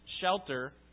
shelter